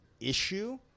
issue